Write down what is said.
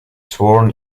sworn